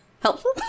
helpful